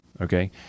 okay